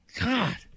God